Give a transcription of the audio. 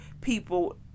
people